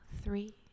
three